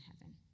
heaven